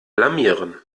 blamieren